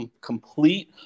complete